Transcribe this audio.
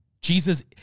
Jesus